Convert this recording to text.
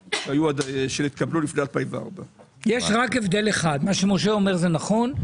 שהתקבלו לפני 2004. מה שמשה אומר זה נכון,